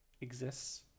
exists